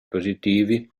positivi